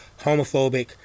homophobic